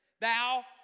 Thou